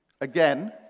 Again